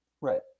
Right